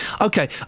Okay